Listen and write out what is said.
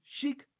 chic